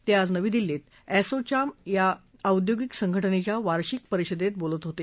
ते आज नवी दिल्ली च्यं असोचॅम या औद्योगिक संघटनेच्या वार्षिक परिषदेत बोलत होते